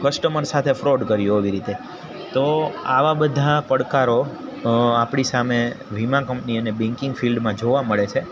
customer સાથે fraud કર્યો આવી રીતે તો આવા બધા પડકારો આપણી સામે વીમા કંપની અને બેન્કિંગ ફિલ્ડમાં જોવા મળે છે